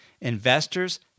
Investors